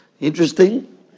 interesting